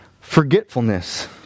forgetfulness